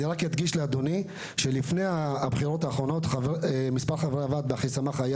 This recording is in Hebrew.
אני אדגיש לאדוני שלפני הבחירות האחרונות מספר חברי הוועד באחיסמך היה